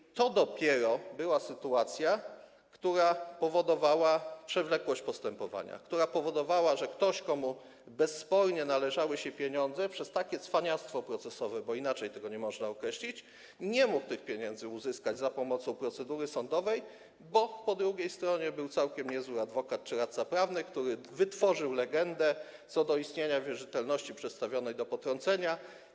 I to dopiero była sytuacja, która powodowała przewlekłość postępowania, która powodowała, że ktoś, komu bezspornie należały się pieniądze, przez takie cwaniactwo procesowe, bo inaczej tego nie można określić, nie mógł tych pieniędzy uzyskać za pomocą procedury sądowej, bo po drugiej stronie był całkiem niezły adwokat czy radca prawny, który wytworzył legendę co do istnienia wierzytelności przedstawionej do potrącenia.